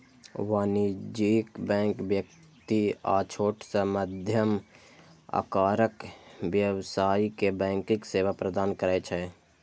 वाणिज्यिक बैंक व्यक्ति आ छोट सं मध्यम आकारक व्यवसायी कें बैंकिंग सेवा प्रदान करै छै